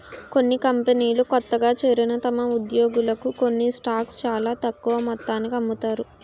కొన్ని కంపెనీలు కొత్తగా చేరిన తమ ఉద్యోగులకు కొన్ని స్టాక్స్ చాలా తక్కువ మొత్తానికి అమ్ముతారు